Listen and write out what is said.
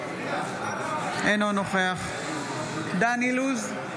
אינו נוכח דן אילוז,